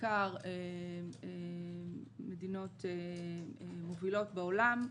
בעיקר מדינות מובילות בעולם,